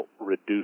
reduce